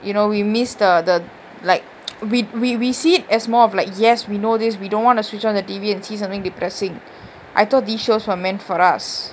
you know we missed the the like we we we see it as more of like yes we know these we don't want to switch on the T_V and see something depressing I thought these shows are meant for us